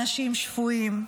אנשים שפויים,